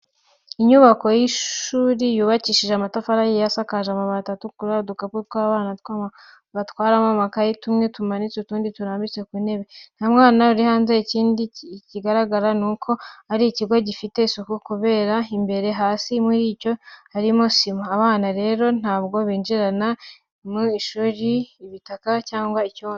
Inyubako y'ishuri yubakishije amatafari ahiye, isakaje amabati atukura, udukapu abana batwaramo amakayi tumwe turamanitse utundi turambitse ku ntebe ndende. Nta mwana uri hanze, ikindi kigaragara ni uko ari ikigo gifite isuku kubera ko imbere hasi muri cyo, harimo sima. Abana rero ntabwo binjirana mu ishuri ibitaka cyangwa icyondo.